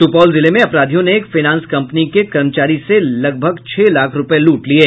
सुपौल जिले में अपराधियों ने एक फाइनेंस कंपनी के कर्मचारी से लगभग छह लाख रूपये लूट लिये